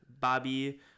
Bobby